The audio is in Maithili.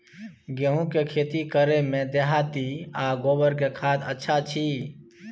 गेहूं के खेती करे में देहाती आ गोबर के खाद अच्छा छी?